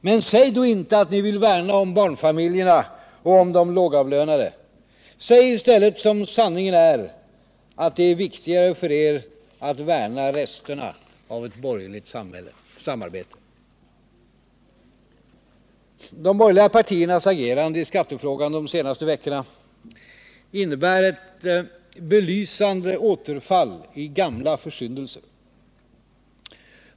Men säg då inte att ni vill värna om barnfamiljerna och om de lågavlönade! Säg i stället som sanningen är, att det är viktigare för er att värna resterna av ett borgerligt samarbete! De borgerliga partiernas agerande i skattefrågan de senaste veckorna innebär ett belysande återfall i gamla försyndelser.